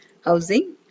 housing